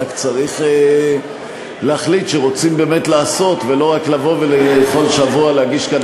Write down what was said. רק צריך להחליט שרוצים באמת לעשות ולא כל שבוע להגיש כאן